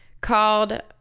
called